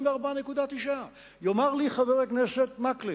24.9. יאמר לי חבר הכנסת מקלב,